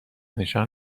نشان